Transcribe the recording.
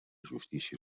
justícia